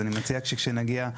אני מציע שכשנגיע.